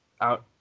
out